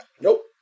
nope